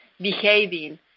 behaving